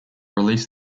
release